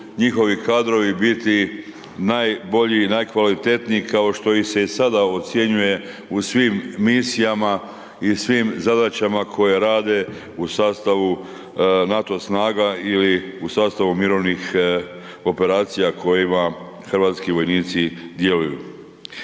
njihovi kadrovi biti najbolji i najkvalitetniji kao što ih se i sada ocjenjuje u svim misijama i svim zadaća koje rade u sastavu NATO snaga ili u sastavu mirovnih operacija u kojima hrvatski vojnici djeluju.